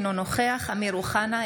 אינו נוכח אמיר אוחנה,